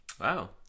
Wow